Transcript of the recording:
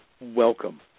welcome